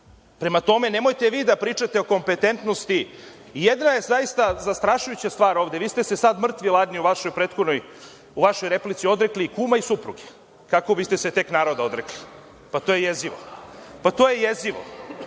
Prema tome, nemojte vi da pričate o kompetentnosti. Jedna je zaista zastrašujuća stvar ovde. Vi ste se sad mrtvi hladni u vašoj replici odrekli kuma i supruge. Kako biste se tek naroda odrekli? To je jezivo. Mrtvi